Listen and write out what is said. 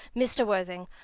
mr. worthing,